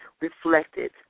reflected